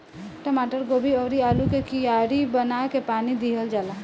टमाटर, गोभी अउरी आलू के कियारी बना के पानी दिहल जाला